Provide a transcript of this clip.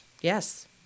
yes